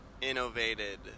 innovated